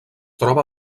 troba